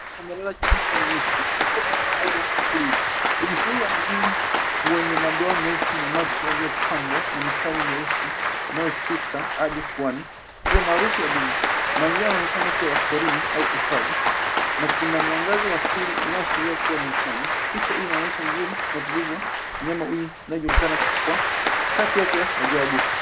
Amelala chini kwenye nyasi, akiwa katika hali ya utulivu. Duma huyu ana mwili wenye madoa meusi na macho yaliyopambwa na mistari meusi inayoshuka hadi puani, isiyo maarufu ya duma. Mazingira yanaonekana kuwa ya porini au hifadhi, na kuna mwangaza wa asili unaoashiria kuwa ni mchana. Picha inaonyesha utulivu na uzuri wa mnyama huyu anayejulikana kwa kasi yake ya ajabu.